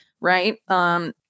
right